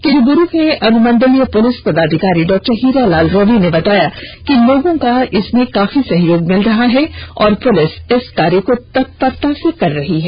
किरीबुरू के अनुमंडलीय पुलिस पदाधिकारी डॉ हीरालाल रवि ने बताया कि लोगों का इसमें काफी सहयोग मिल रहा है और पुलिस इस कार्य को तत्परता से कर रही है